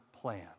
plan